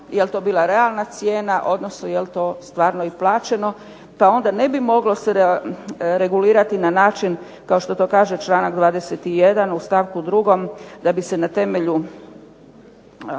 je li to bila realna cijena, odnosno je li to stvarno i plaćeno, pa onda ne bi moglo se regulirati na način kao što to kaže članak 21. u stavku 2. da bi se na temelju